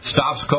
Stops